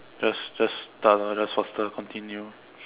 just just start lor just faster continue